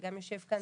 שגם יושב כאן,